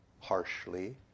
harshly